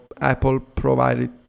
Apple-provided